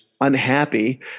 unhappy